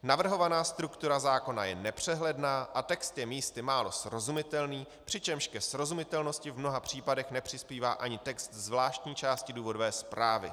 Navrhovaná struktura zákona je nepřehledná a text je místy málo srozumitelný, přičemž ke srozumitelnosti v mnoha případech nepřispívá ani text zvláštní části důvodové zprávy.